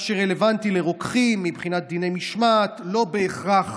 מה שרלוונטי לרוקחים מבחינת דיני המשמעת לא בהכרח